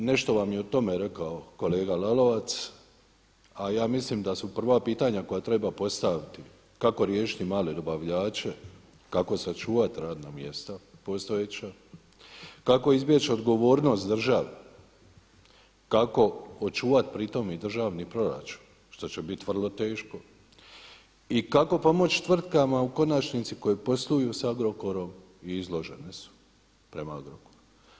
Dakle nešto vam je o tome rekao kolega Lalovac, a ja mislim da su prva pitanja koja treba postaviti kako riješiti male dobavljače, kako sačuvati radna mjesta postojeća, kako izbjeći odgovornost države, kako očuvati i pri tom državni proračun što će biti vrlo teško i kako pomoći tvrtkama u konačnici koji posluju sa Agrokorom i izložene su prema Agrokoru.